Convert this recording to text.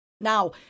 Now